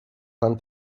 pan